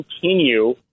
continue